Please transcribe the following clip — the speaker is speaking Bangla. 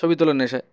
ছবি তোলার নেশায়